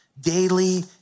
daily